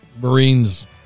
Marines